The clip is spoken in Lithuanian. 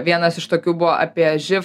vienas iš tokių buvo apie živ